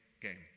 game